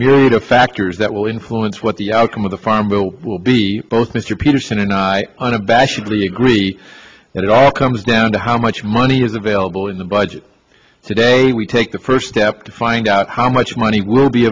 myriad of factors that will influence what the outcome of the farm bill will be both mr peterson and i unabashedly agree that it all comes down to how much money is available in the budget today we take the first step to find out how much money will be